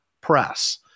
press